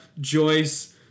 Joyce